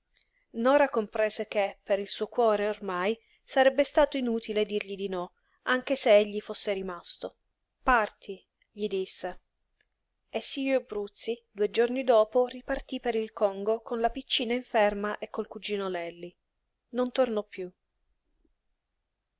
nora comprese che per il suo cuore ormai sarebbe stato inutile dirgli di no anche se egli fosse rimasto parti gli disse e sirio bruzzi due giorni dopo ripartí per il congo con la piccina inferma e col cugino lelli non tornò piú